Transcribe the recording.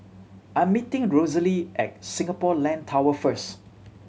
I'm meeting Rosalie at Singapore Land Tower first